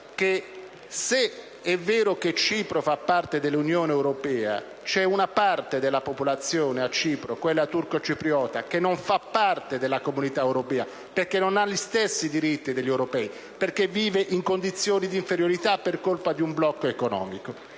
che se è vero che Cipro fa parte dell'Unione europea, c'è una parte della popolazione a Cipro, quella turco-cipriota, che non fa parte dell'Unione europea, non ha gli stessi diritti degli europei, in quanto vive in condizioni di inferiorità per colpa di un blocco economico.